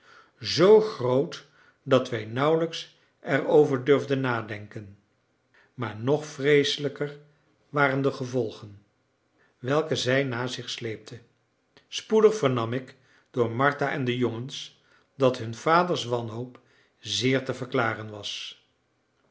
z groot dat wij nauwelijks erover durfden nadenken maar nog vreeselijker waren de gevolgen welke zij na zich sleepte spoedig vernam ik door martha en de jongens dat hun vaders wanhoop zeer te verklaren was